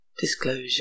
Disclosure